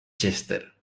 chester